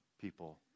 people